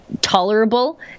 tolerable